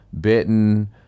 bitten